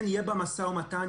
כן יהיה בה משא ומתן,